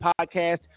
podcast